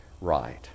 right